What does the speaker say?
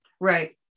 Right